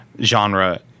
genre